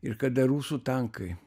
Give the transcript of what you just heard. ir kada rusų tankai